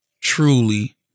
truly